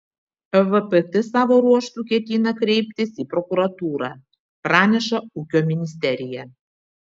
vpt savo ruožtu ketina kreiptis į prokuratūrą praneša ūkio ministerija